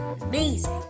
amazing